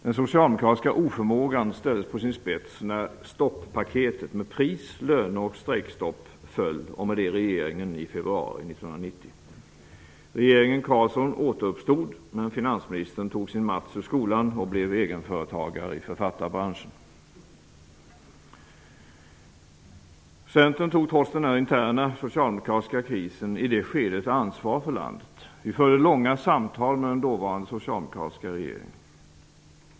Den socialdemokratiska oförmågan ställdes på sin spets när stoppaketet, med pris , löne och strejkstopp, föll och med det regeringen i februari Centern tog trots den interna socialdemokratiska krisen i det skedet ansvar för landet. Vi förde långa samtal med den dåvarande socialdemokratiska regeringen.